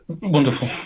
wonderful